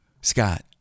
Scott